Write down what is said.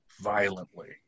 violently